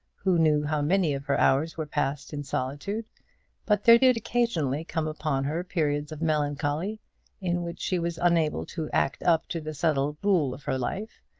who knew how many of her hours were passed in solitude but there did occasionally come upon her periods of melancholy in which she was unable to act up to the settled rule of her life,